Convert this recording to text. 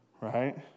right